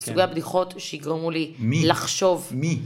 סוגי הבדיחות שיגרמו לי לחשוב.